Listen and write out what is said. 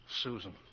Susan